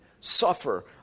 suffer